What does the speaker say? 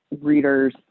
readers